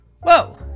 Whoa